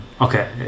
okay